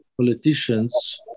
politicians